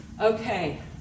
Okay